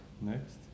next